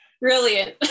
Brilliant